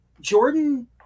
jordan